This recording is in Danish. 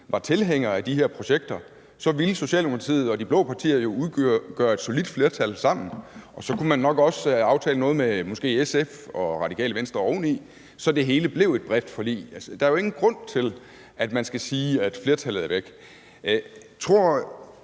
var tilhænger af de her projekter, ville Socialdemokratiet og de blå partier jo udgøre et solidt flertal sammen, og så kunne man nok også aftale noget med måske SF og Radikale Venstre oveni, så det hele blev et bredt forlig. Der er jo ingen grund til, at man skal sige, at flertallet er væk. Hvad